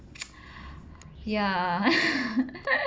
ya